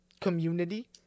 community